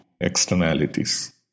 externalities